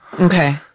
Okay